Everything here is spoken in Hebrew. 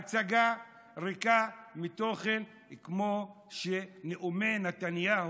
הצגה ריקה מתוכן כמו שנאומי נתניהו,